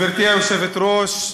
גברתי היושבת-ראש,